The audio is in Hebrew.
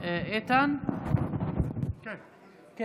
יעלה ויבוא חבר הכנסת איתן גינזבורג.